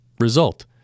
result